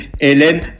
Hélène